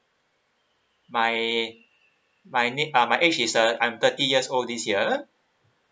my my na~ uh my age is uh I'm thirty years old this year